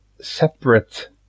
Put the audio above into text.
separate